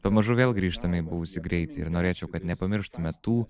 pamažu vėl grįžtame į buvusį greitį ir norėčiau kad nepamirštume tų